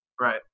Right